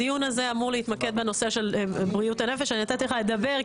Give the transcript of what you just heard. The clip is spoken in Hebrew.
הדיון הזה מתמקד בנושא של בריאות הנפש אני נתתי לך לדבר,